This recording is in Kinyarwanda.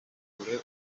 kure